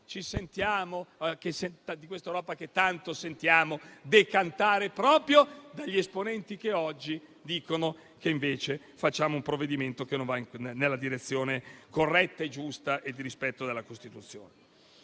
di questa Europa che tanto sentiamo decantare proprio dagli esponenti che oggi dicono che invece facciamo un provvedimento che non va nella direzione corretta, giusta e di rispetto della Costituzione.